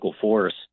force